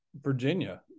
Virginia